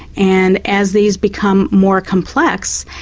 and as these become more complex,